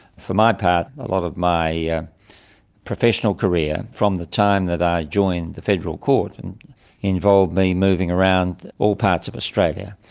for my part, a lot of my yeah professional career, from the time that i joined the federal court and involved me moving around all parts of australia,